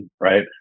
right